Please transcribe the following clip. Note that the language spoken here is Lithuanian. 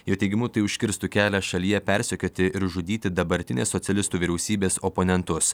jo teigimu tai užkirstų kelią šalyje persekioti ir žudyti dabartinės socialistų vyriausybės oponentus